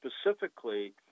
specifically